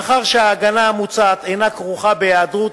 מאחר שההגנה המוצעת אינה כרוכה בהיעדרות,